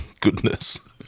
goodness